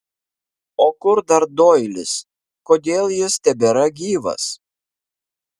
o kur dar doilis kodėl jis tebėra gyvas